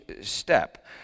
step